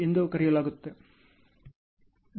BDM ಪ್ರಾತಿನಿಧ್ಯವು ಹೀಗಾಗುತ್ತದೆ